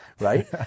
right